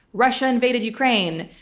russia invaded ukraine.